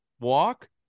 walk